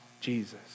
Jesus